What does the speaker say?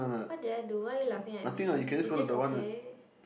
what did I do why are you laughing at me is this okay